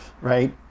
right